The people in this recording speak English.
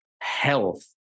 health